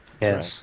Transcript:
Yes